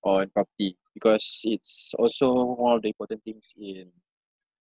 or on property because it's also one of the important things in